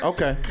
Okay